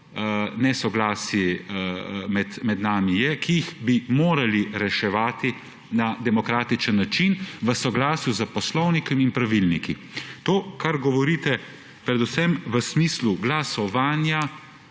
nesoglasij med nami je, ki bi jih morali reševati na demokratičen način, v soglasju s poslovnikom in pravilniki. Pri tem, kar govorite predvsem v smislu glasovanja